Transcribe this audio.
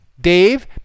Dave